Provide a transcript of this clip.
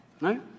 right